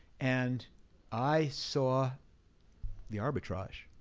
and i saw the arbitrage.